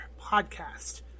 podcast